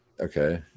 Okay